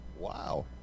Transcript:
Wow